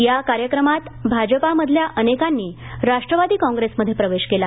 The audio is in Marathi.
या कार्यक्रमात भाजपामधल्या अनेकांनी राष्ट्रवादी काँग्रेसमध्ये प्रवेश केला